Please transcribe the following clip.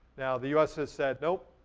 now the us has said, nope,